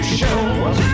show